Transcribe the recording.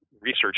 research